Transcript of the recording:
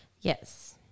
Yes